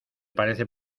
parece